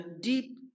deep